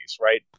right